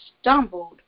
stumbled